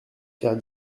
faire